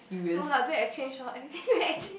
no lah during exchange lor everything during exchange